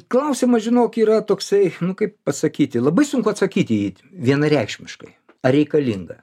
klausimas žinok yra toksai nu kaip pasakyti labai sunku atsakyti į jį vienareikšmiškai ar reikalinga